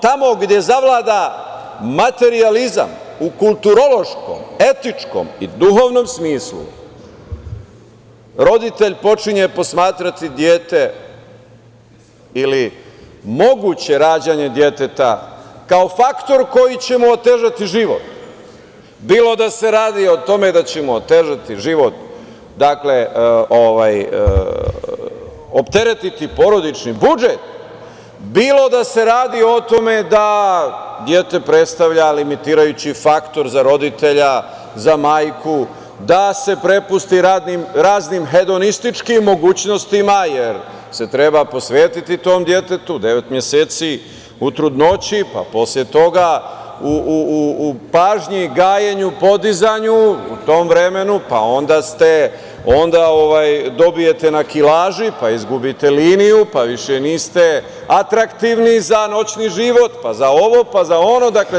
Tamo gde zavlada materijalizam u kulturološkom, etičkom i duhovnom smislu, roditelj počinje posmatrati dete ili moguće rađanje deteta kao faktor koji će mu otežati život, bilo da se radi o tome da će mu otežati život tako što će opteretiti porodični budžet, bilo da se radi o tome da dete predstavlja limitirajući faktor za roditelja, za majku, da se prepusti raznim hedonističkim mogućnostima, jer se treba posvetiti tom detetu devet meseci u trudnoći, pa posle toga u pažnji, gajenju i podizanju u tom vremenu, pa onda dobijete na kilaži, pa izgubite liniju, pa više niste atraktivni za noćni život, pa za ovo, pa za ono, itd.